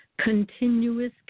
continuous